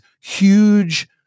huge